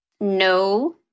No